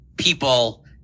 people